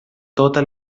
tota